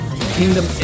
kingdom